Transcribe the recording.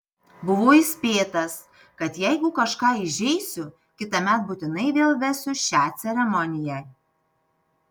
buvau įspėtas kad jeigu kažką įžeisiu kitąmet būtinai vėl vesiu šią ceremoniją